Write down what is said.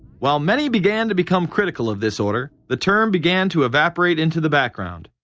while many began to become critical of this order, the term began to evaporate into the background.